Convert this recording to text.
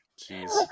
Jeez